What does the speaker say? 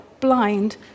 blind